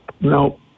no